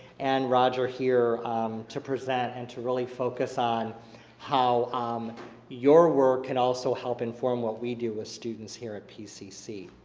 and roger here to present and to really focus on how um your work can also help inform what we do with students here at pcc.